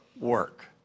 work